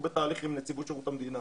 אנחנו בתהליכים עם נציבות שירות המדינה